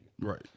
Right